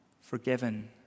forgiven